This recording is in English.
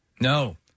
No